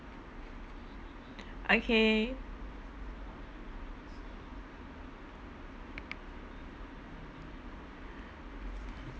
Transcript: okay